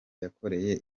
yakoreye